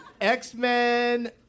X-Men